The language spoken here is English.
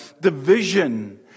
division